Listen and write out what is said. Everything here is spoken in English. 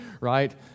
right